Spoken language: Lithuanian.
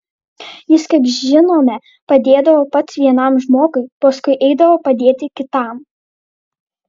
jis kaip žinome padėdavo pats vienam žmogui paskui eidavo padėti kitam